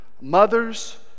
mothers